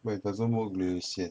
but it doesn't work leh sian